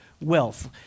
wealth